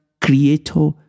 creator